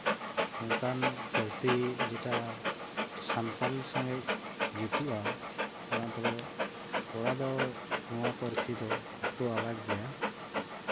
ᱱᱚᱝᱠᱟᱱ ᱯᱟᱹᱨᱥᱤ ᱡᱮᱴᱟ ᱥᱟᱱᱛᱟᱲ ᱥᱚᱸᱜᱮ ᱡᱩᱴᱤᱼᱟ ᱡᱮᱢᱚᱱ ᱛᱷᱚᱲᱟ ᱫᱚ ᱱᱚᱣᱟ ᱯᱟᱹᱨᱥᱤ ᱫᱚ ᱮᱠᱴᱩ ᱫᱚ ᱟᱞᱟᱜᱽ ᱜᱮᱭᱟ